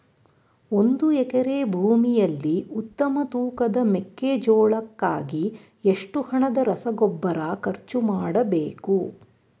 ಒಂದು ಎಕರೆ ಭೂಮಿಯಲ್ಲಿ ಉತ್ತಮ ತೂಕದ ಮೆಕ್ಕೆಜೋಳಕ್ಕಾಗಿ ಎಷ್ಟು ಹಣದ ರಸಗೊಬ್ಬರ ಖರ್ಚು ಮಾಡಬೇಕು?